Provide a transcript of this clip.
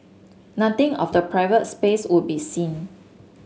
nothing of the private space would be seen